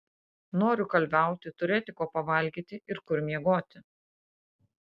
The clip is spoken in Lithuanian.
noriu kalviauti turėti ko pavalgyti ir kur miegoti